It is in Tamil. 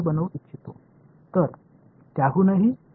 எனவே இன்னும் சிறப்பாக என்றால் என்ன